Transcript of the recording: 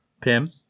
Pim